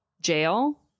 jail